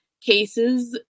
cases